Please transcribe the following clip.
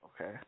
Okay